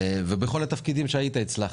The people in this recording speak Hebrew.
בכל התפקידים שבהם כיהנת הצלחת.